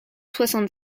soixante